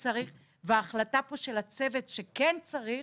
ההחלטה של הצוות שכן צריך,